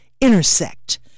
intersect